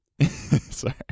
Sorry